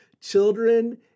Children